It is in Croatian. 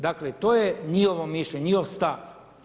Dakle, to je njihovo mišljenje, njihov stav.